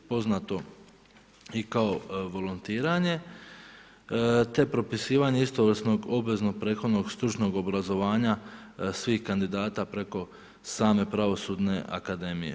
Poznato i kao volontiranje te propisivanje istovrsnog obveznog prethodnog stručnog obrazovanja svih kandidata preko same pravosudne akademije.